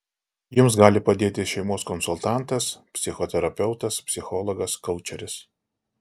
jums gali padėti šeimos konsultantas psichoterapeutas psichologas koučeris